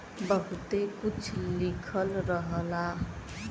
बहुते कुछ लिखल रहला